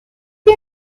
wie